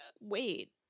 wait